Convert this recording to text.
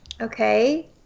Okay